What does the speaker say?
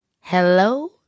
Hello